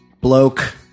bloke